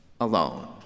alone